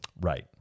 Right